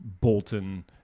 Bolton